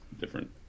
different